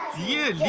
you